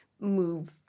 move